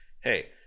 hey